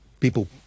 people